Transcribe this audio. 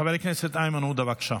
חבר הכנסת איימן עודה, בבקשה.